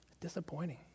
Disappointing